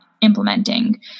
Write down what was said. implementing